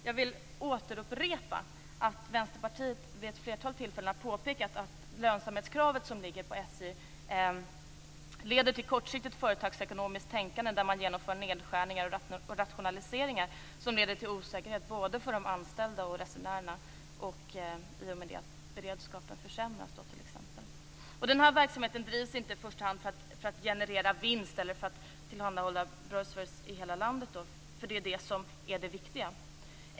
Jag vill upprepa att Vänsterpartiet vid ett flertal tillfällen har påpekat att det lönsamhetskrav som ligger på SJ leder till kortsiktigt företagsekonomiskt tänkande med nedskärningar och rationaliseringar som i sin tur leder till osäkerhet både för de anställda och för resenärerna. I och med det försämras också beredskapen t.ex. Verksamheten drivs inte i första hand för att generera vinst eller tillhandahålla bra service i hela landet. Det är ju det som är det viktiga.